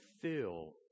fill